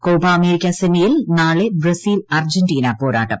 Copa America സെമിയിൽ നാളെ Brazil Argentina പോരാട്ടം